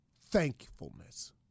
thankfulness